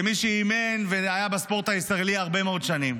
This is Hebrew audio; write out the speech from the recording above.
כמי שאימן והיה בספורט הישראלי הרבה מאוד שנים,